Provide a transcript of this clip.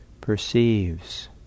perceives